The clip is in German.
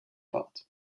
fahrt